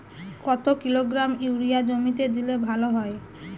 কত kilogram urea জমিতে দিলে ভালো হয়?